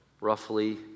roughly